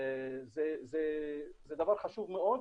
זה דבר חשוב מאוד,